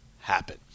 happen